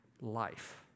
life